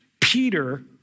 Peter